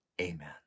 amen